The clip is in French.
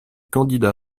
candidat